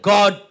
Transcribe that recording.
God